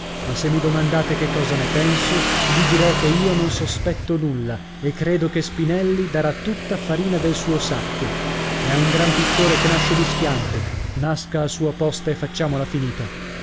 ma se mi domandate che cosa ne penso vi dirò che io non sospetto nulla e credo che spinelli darà tutta farina del suo sacco è un gran pittore che nasce di schianto nasca a sua posta e facciamola finita